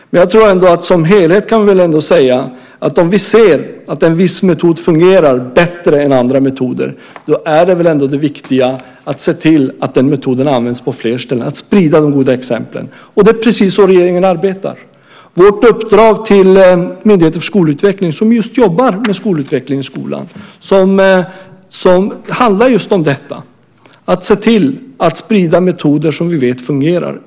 Som helhet kan vi ändå säga att om vi ser att en viss metod fungerar bättre än andra metoder är det viktiga att se till att den metoden används på fler ställen, det vill säga att sprida de goda exemplen. Det är precis så regeringen arbetar. Vårt uppdrag till Myndigheten för skolutveckling, som just jobbar med skolutveckling i skolan, handlar om detta, det vill säga se till att sprida metoder som vi vet fungerar.